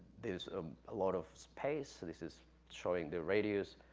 there's a lot of pace, so this is showing the radius,